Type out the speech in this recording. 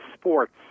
sports